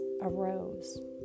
arose